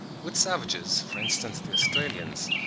with savages, for instance, the australians,